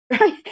right